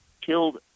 killed